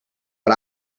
but